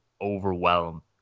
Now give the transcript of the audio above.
overwhelm